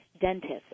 dentists